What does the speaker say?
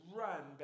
run